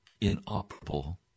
inoperable